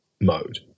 mode